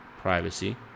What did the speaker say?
Privacy